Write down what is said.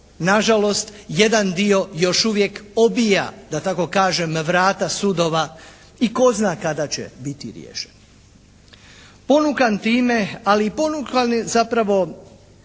Na žalost jedan dio još uvijek obija da tako kažem vrata sudova i tko zna kada će biti riješen. Ponukan time ali i ponukan zapravo,